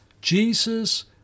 Jesus